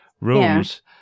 rooms